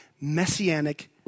messianic